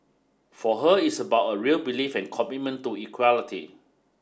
for her it's about a real belief and commitment to equality